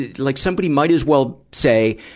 like somebody might as well say,